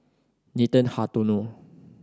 Nathan Hartono